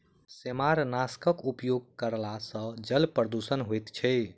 सेमारनाशकक उपयोग करला सॅ जल प्रदूषण होइत छै